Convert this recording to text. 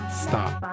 stop